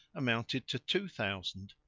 amounted to two thousand.